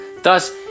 Thus